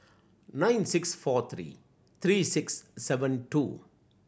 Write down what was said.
nine six four three three six seven two